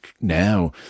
now